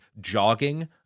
jogging